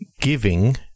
Giving